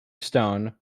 stone